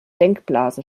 denkblase